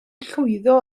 llwyddo